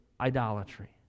idolatry